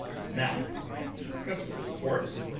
not at the principal ports,